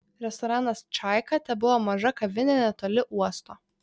restoranas čaika tebuvo maža kavinė netoli uosto